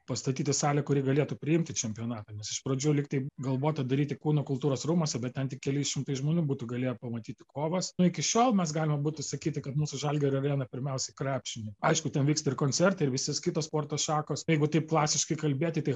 pastatyti salę kuri galėtų priimti čempionatą nes iš pradžių lyg tai galvota daryti kūno kultūros rūmuose bet ten tik keli šimtai žmonių būtų galėję pamatyti kovas nu iki šiol mes galima būtų sakyti kad mūsų žalgirio arena pirmiausiai krepšinio aišku ten vyksta ir koncertai ir visi kitos sporto šakos jeigu taip klasiškai kalbėti tai